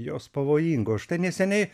jos pavojingos štai neseniai